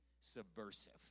subversive